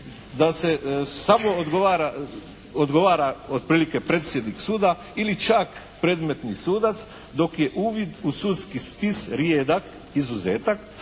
da se samo odgovara otprilike predsjednik suda ili čak predmetni sudac dok je uvid u sudski spis rijedak izuzetak.